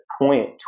point